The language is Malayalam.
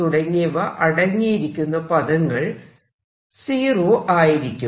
തുടങ്ങിയവ അടങ്ങിയിരിക്കുന്ന പദങ്ങൾ 0 ആയിരിക്കും